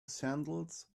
sandals